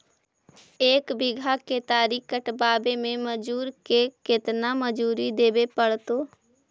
एक बिघा केतारी कटबाबे में मजुर के केतना मजुरि देबे पड़तै?